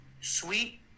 Sweet